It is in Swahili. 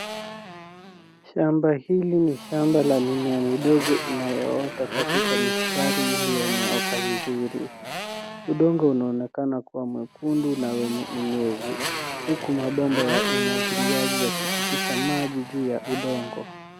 Shamba hili ni shamba la mimea midogo inayoota katika mistari iliyonyooka vizuri. Udongo unaonekana kuwa mwekundu na wenye unyevu huku mabomba ya umwagiliaji yakipitisha maji juu ya udongo.